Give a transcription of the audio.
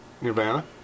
Nirvana